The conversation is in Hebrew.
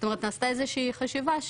זאת אומרת נעשתה איזושהי חשיבה,